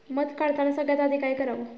मध काढताना सगळ्यात आधी काय करावे?